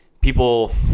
people